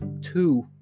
Two